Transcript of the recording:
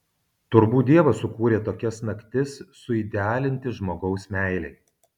turbūt dievas sukūrė tokias naktis suidealinti žmogaus meilei